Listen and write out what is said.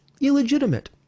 illegitimate